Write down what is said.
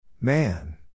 Man